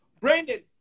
Brandon